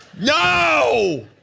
No